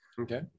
okay